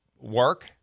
work